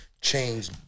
change